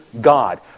God